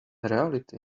reality